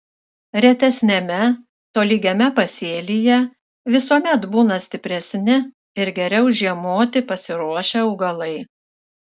retesniame tolygiame pasėlyje visuomet būna stipresni ir geriau žiemoti pasiruošę augalai